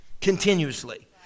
Continuously